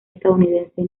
estadounidense